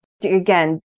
Again